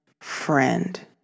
friend